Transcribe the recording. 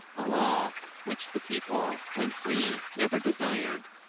a law which the people, when free, never desired,